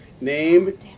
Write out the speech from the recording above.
name